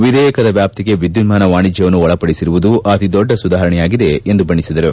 ವಿಧೇಯಕದ ವ್ಯಾಪ್ತಿಗೆ ವಿದ್ಯುನ್ನಾನ ವಾಣಿಜ್ಞವನ್ನು ಒಳಪಡಿಸಿರುವುದು ಅತಿದೊಡ್ಡ ಸುಧಾರಣೆಯಾಗಿದೆ ಎಂದು ಬಣ್ಣೆಸಿದರು